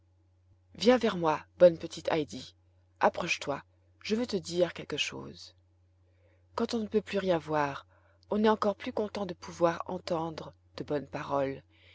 viens vers moi bonne petite heidi approche-toi je veux te dire quelque chose quand on ne peut plus rien voir on est encore plus content de pouvoir entendre de bonnes paroles